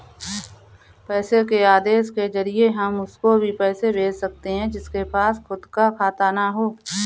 पैसे के आदेश के जरिए हम उसको भी पैसे भेज सकते है जिसके पास खुद का खाता ना हो